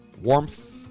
warmth